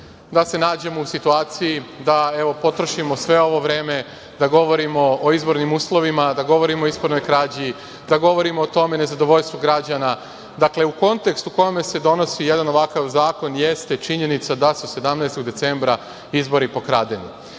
da se nađemo u situaciji da potrošimo sve ovo vreme da govorimo o izbornim uslovima, da govorimo o izbornoj krađi, da govorimo o tom nezadovoljstvu građana. Kontekst u kome se donosi jedan ovakav zakon jeste činjenica da su 17. decembra izborni pokradeni.